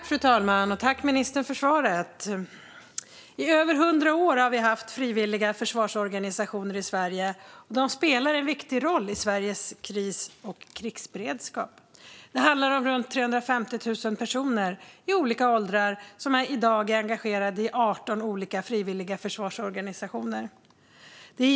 Fru talman! Tack, ministern, för svaret! I över hundra år har vi haft frivilliga försvarsorganisationer i Sverige, och de spelar en viktig roll i Sveriges kris och krigsberedskap. Det handlar om runt 350 000 personer i olika åldrar som i dag är engagerade i 18 olika frivilliga försvarsorganisationer.